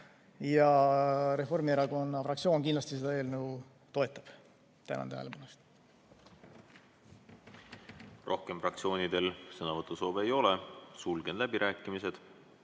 Reformierakonna fraktsioon kindlasti seda eelnõu toetab. Tänan tähelepanu eest! Rohkem fraktsioonidel sõnavõtusoove ei ole, sulgen läbirääkimised.